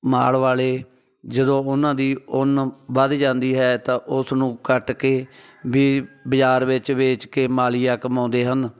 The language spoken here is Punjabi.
ਮਾਲ ਵਾਲੇ ਜਦੋਂ ਉਹਨਾਂ ਦੀ ਉੱਨ ਵੱਧ ਜਾਂਦੀ ਹੈ ਤਾਂ ਉਸ ਨੂੰ ਕੱਟ ਕੇ ਵੀ ਬਜ਼ਾਰ ਵਿੱਚ ਵੇਚ ਕੇ ਮਾਲੀਆ ਕਮਾਉਂਦੇ ਹਨ